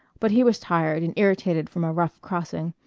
but he was tired and irritated from a rough crossing,